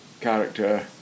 character